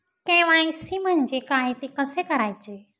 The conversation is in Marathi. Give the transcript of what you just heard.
के.वाय.सी म्हणजे काय? ते कसे करायचे?